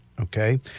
Okay